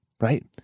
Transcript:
right